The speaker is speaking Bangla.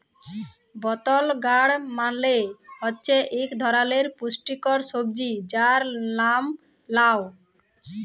বতল গাড় মালে হছে ইক ধারালের পুস্টিকর সবজি যার লাম লাউ